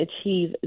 achieve